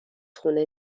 خونه